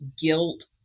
guilt